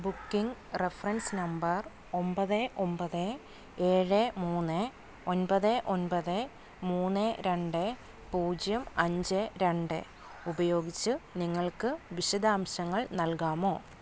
booking reference number ഒമ്പത് ഒമ്പത് ഏഴ് മൂന്ന് ഒൻപത് ഒൻപത് മൂന്ന് രണ്ട് പൂജ്യം അഞ്ച് രണ്ട് ഉപയോഗിച്ച് നിങ്ങൾക്ക് വിശദാംശങ്ങൾ നൽകാമോ